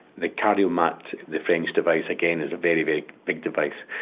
the cardiomat, the french device again is a very, very big device.